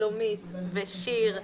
שלומית ושיר.